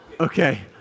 Okay